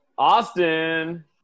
Austin